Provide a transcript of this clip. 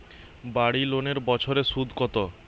বাড়ি লোনের বছরে সুদ কত?